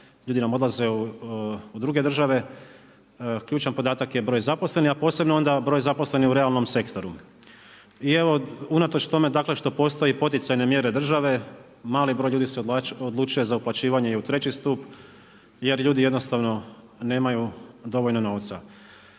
ljudi nam odlaze u druge države. Ključan podatak je broj zaposlenih, a posebno onda broj zaposlenih u realnom sektoru. I evo, unatoč tome dakle što postoje poticajne mjere države, mali broj ljudi se odlučuje za uplaćivanje i u treći stup jer ljudi jednostavno nemaju dovoljno novca.